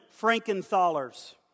Frankenthalers